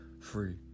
free